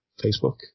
Facebook